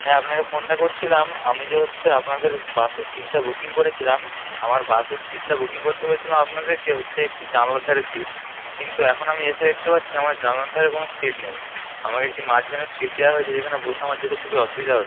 হ্যাঁ আপনাকে ফোনটা করছিলাম আমি যে হচ্ছে আপনাদের বাসে সিটটা বুকিং করেছিলাম আমার বাসের সিটটা বুকিং করতে বলেছিলাম আপনাদেরকে হচ্ছে একটি জানালার ধারে সিট কিন্তু এখন আমি এসে দেখতে পাচ্ছি আমার জানালার ধারে কোনো সিট নেই আমাকে একটি মাঝখানের সিট দেওয়া হয়েছে যেখানে বসে আমার যেতে খুবই অসুবিধা হচ্ছে